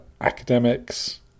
academics